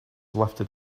lifted